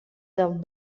del